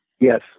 Yes